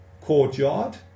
courtyard